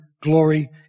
glory